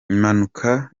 impanuka